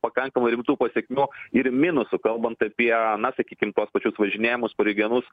pakankamai rimtų pasekmių ir minusų kalbant apie na sakykimtuos pačius važinėjimus po regionus